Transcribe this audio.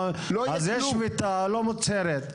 אז יש שביתה לא מוצהרת.